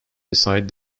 decide